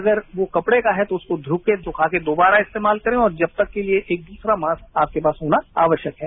अगर वो कपड़े का है तो उसे धोकर सुखाकर दोबारा इस्तेमाल करें और जब तक के लिए एक दूसरा मास्क आपके पास होना आवश्यक है